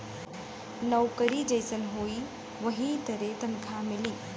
नउकरी जइसन होई वही तरे तनखा मिली